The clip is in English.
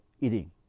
eating